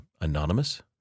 Anonymous